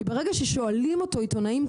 כי ברגע ששואלים אותו עיתונאים,